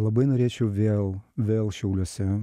labai norėčiau vėl vėl šiauliuose